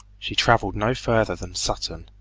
she travelled no further than sutton,